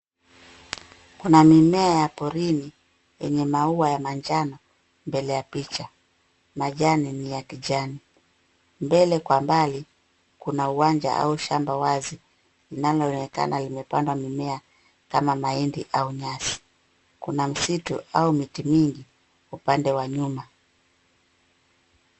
Kuna mimea ya porini yenye maua ya manjano mbele ya picha, majani ni ya kijani. Mbele kwa mbali, kuna uwanja au shamba wazi, linaloonekana limepandwa mimea kama mahindi au nyasi. Kuna msitu au miti mingi upande wa nyuma.